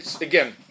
again